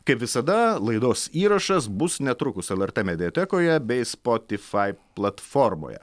kaip visada laidos įrašas bus netrukus lrt mediatekoje bei spotifai platformoje